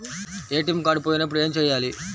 ATM card పోయినప్పుడు ఏమి చేయాలి?